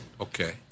Okay